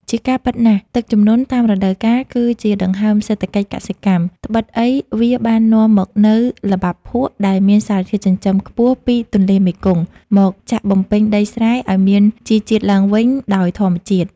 ជាការពិតណាស់ ទឹកជំនន់តាមរដូវកាលគឺជាដង្ហើមសេដ្ឋកិច្ចកសិកម្ម ត្បិតអីវាបាននាំមកនូវល្បាប់ភក់ដែលមានសារធាតុចិញ្ចឹមខ្ពស់ពីទន្លេមេគង្គ មកចាក់បំពេញដីស្រែឱ្យមានជីជាតិឡើងវិញដោយធម្មជាតិ។